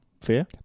Fair